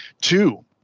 Two